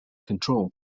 control